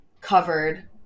covered